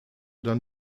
dann